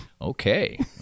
Okay